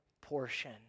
portion